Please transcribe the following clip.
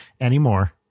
anymore